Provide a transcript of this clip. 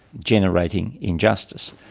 generating injustice.